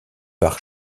par